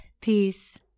peace